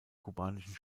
kubanischen